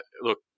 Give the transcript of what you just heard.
look